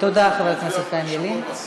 תודה, חבר הכנסת חיים ילין.